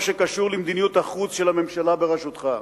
שקשור למדיניות החוץ של הממשלה בראשותך.